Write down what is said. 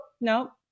nope